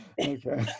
okay